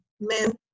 men